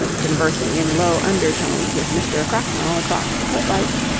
conversing in low undertones with mr. cracknell across the footlights,